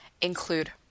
include